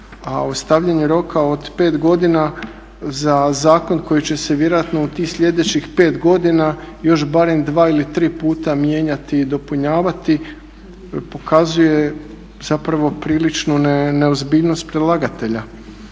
stavljanju roka od 5 godina za zakon koji će se vjerojatno u tih sljedećih 5 godina još barem 2 ili 3 puta mijenjati i dopunjavati pokazuje zapravo priličnu neozbiljnost predlagatelja.